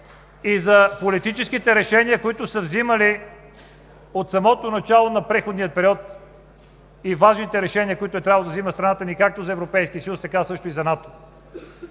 И за политическите решения, които са вземали от самото начало на преходния период при важните решения, които е трябвало да взема страната ни, както за Европейския съюз, така и за НАТО.